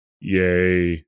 yay